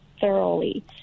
thoroughly